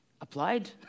applied